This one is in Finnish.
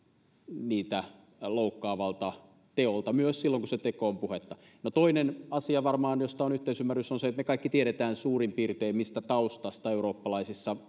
niitä loukkaavalta teolta myös silloin kun se teko on puhetta varmaan toinen asia josta on yhteisymmärrys on se että me kaikki tiedämme suurin piirtein mistä taustasta eurooppalaisissa